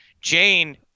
Jane